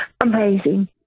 amazing